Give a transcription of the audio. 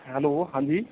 hello ਹਾਂਜੀ